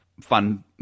fun